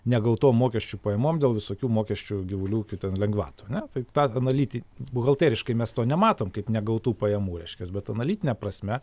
negautom mokesčių pajamom dėl visokių mokesčių gyvulių ūky ten lengvatų ar ne tai tą analitinį buhalteriškai mes to nematom kaip negautų pajamų reiškias bet analitine prasme